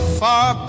far